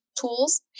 tools